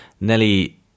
Nelly